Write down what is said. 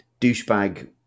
douchebag